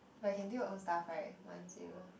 but you can do your own stuff right once you